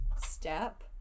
step